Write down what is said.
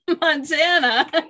Montana